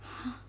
!huh!